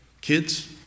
Kids